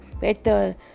better